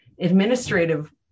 administrative